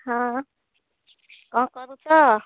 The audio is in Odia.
ହଁ କ'ଣ କରୁଛ